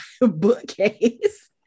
bookcase